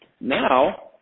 now